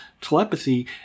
telepathy